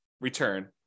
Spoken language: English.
return